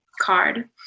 card